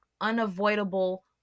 unavoidable